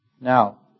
now